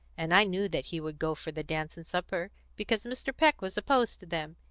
and i knew that he would go for the dance and supper because mr. peck was opposed to them.